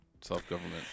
self-government